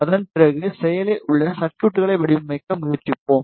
அதன் பிறகு செயலில் உள்ள சர்குய்ட்களை வடிவமைக்க முயற்சிப்போம்